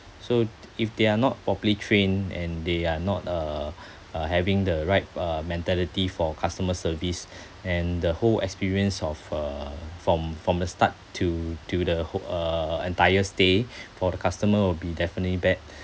so if they are not properly trained and they are not uh uh having the right uh mentality for customer service and the whole experience of uh from from the start to to the whole uh entire stay for the customer will be definitely bad